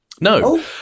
No